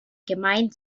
gemeint